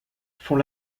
font